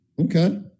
Okay